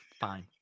fine